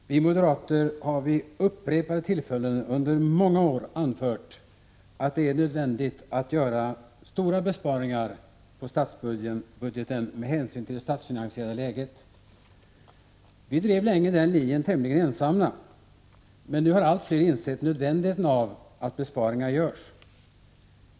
Herr talman! Vi moderater har vid upprepade tillfällen under många år anfört att det är nödvändigt att göra stora besparingar på statsbudgeten med hänsyn till det statsfinansiella läget. Vi drev länge den linjen tämligen ensamma. Men nu har allt fler insett nödvändigheten av att besparingar görs.